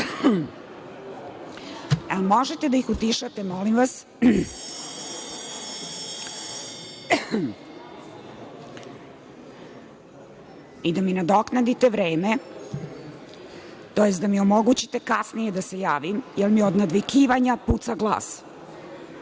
možete da ih utišate, molim vas i da mi nadoknadite vreme, tj. da mi omogućite da se kasnije javim, jer mi od nadvikivanja puca glas?